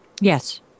Yes